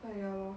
what you know